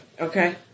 Okay